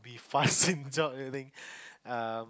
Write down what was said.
be fast in job or anything err